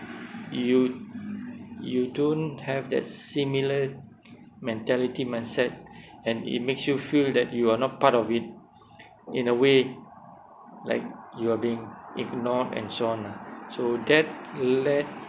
you you don't have that similar mentality mindset and it makes you feel that you are not part of it in a way like you are being ignored and so on lah so that led